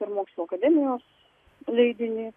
ir mokslų akademijos leidinį